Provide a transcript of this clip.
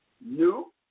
New